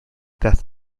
death